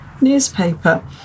newspaper